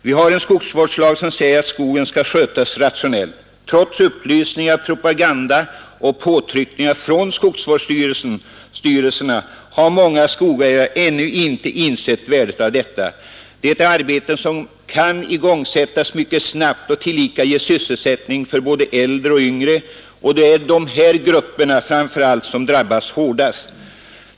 Vi har en skogsvårdslag som säger att skogen skall skötas rationellt. Trots upplysningar, propaganda och påtryckningar från skogsvårdsstyrelserna har många skogsägare ännu inte insett värdet av detta. Det är arbeten som kan igångsättas mycket snabbt och tillika ge sysselsättning för både äldre och yngre — de grupper som nu drabbas hårdast.